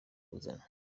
kuzana